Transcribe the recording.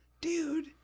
dude